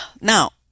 now